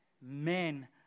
Men